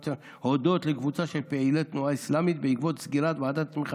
הודות לקבוצה של פעילי תנועה אסלאמית בעקבות סגירת ועדת התמיכה